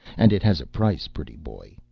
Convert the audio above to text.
and it has a price, pretty boy,